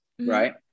right